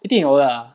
一定有的啊